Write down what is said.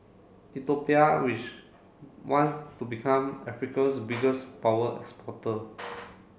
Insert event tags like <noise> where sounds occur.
<unintelligible> which wants to become Africa's biggest power exporter